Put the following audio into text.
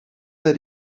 that